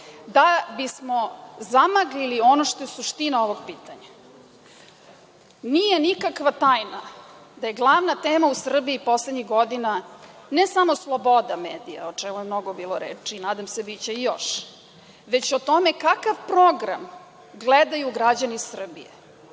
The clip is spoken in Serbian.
da bismo zamaglili ono što je suština ovog pitanja. Nije nikakva tajna da je glavna tema u Srbiji poslednjih godina ne samo sloboda medija, o čemu je mnogo bilo reči i nadam se biće i još, već o tome kakav program gledaju građani Srbije.